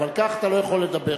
אבל כך אתה לא יכול לדבר.